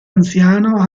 anziano